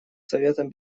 советом